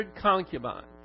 concubines